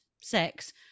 sex